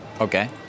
Okay